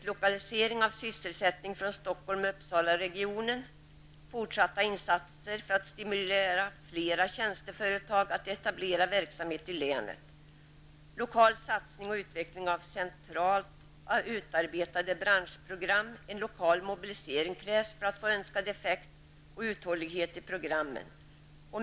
Lokal satsning och utveckling av de centralt utarbetade branschprogrammen -- en lokal mobilisering krävs för att få önskad effekt och uthållighet i programmen.